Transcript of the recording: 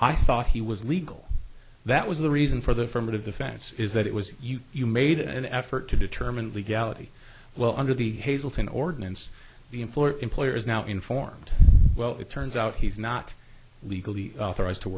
i thought he was legal that was the reason for the front of the fence is that it was you made an effort to determine legality well under the hazleton ordinance the in for employers now informed well it turns out he's not legally authorized to